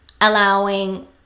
allowing